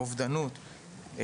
אובדנות,